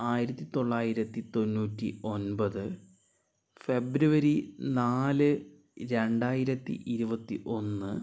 ആയിരത്തി തൊള്ളായിരത്തി തൊണ്ണൂറ്റി ഒൻപത് ഫെബ്രുവരി നാല് രണ്ടായിരത്തി ഇരുപത്തി ഒന്ന്